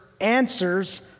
answers